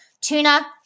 tuna